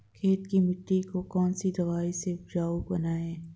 खेत की मिटी को कौन सी दवाई से उपजाऊ बनायें?